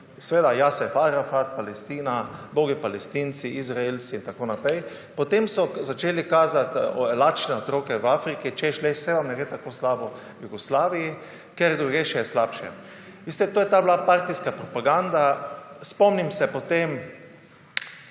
seveda Jaser Arafat, Palestina, ubogi Palestinci, Izraelci in tako naprej. Potem so začeli kazati lačne otroke v Afriki, češ, saj vam ne gre tako slabo v Jugoslaviji, ker drugje je še slabše. Veste, to je bila ta partijska propaganda. Spomnim se